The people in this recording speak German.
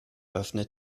öffnet